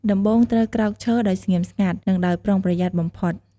ដំបូងត្រូវក្រោកឈរដោយស្ងៀមស្ងាត់ និងដោយប្រុងប្រយ័ត្នបំផុត។